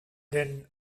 denn